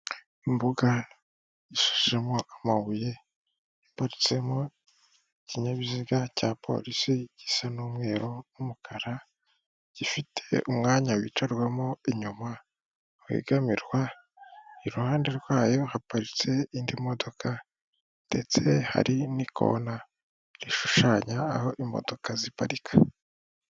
Imbuga ishashemo amabuye ipatsemo ikinyabiziga cya polisi gisa n'umweru n'umukara, gifite umwanya wicarwamo inyuma wegamirwa, iruhande rwayo haparitse indi modoka ndetse hari n'ikona rishushanya aho imodoka ziparika.